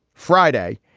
friday.